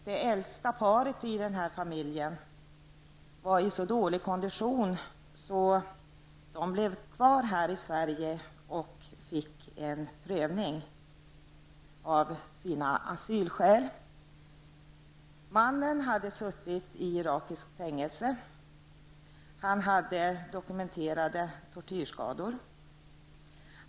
Det äldsta paret i denna grupp var i så dålig kondition att det fick stanna kvar i Sverige och få en prövning av sina asylskäl. Mannen hade suttit i irakiskt fängelse, och han hade dokumenterade tortyrskador.